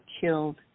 killed